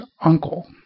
uncle